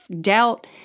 doubt